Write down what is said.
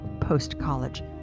post-college